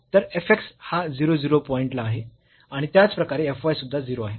तर f x हा 0 0 point ला 0 आहे आणि त्याचप्रकारे f y सुद्धा 0 आहे